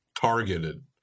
targeted